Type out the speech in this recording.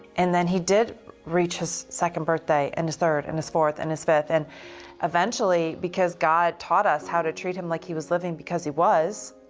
and then he did reach his second birthday, and his third, and his fourth, and his fifth, and eventually, because god taught us how to treat him like he was living, because he was,